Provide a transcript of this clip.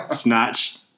Snatch